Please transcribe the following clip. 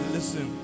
Listen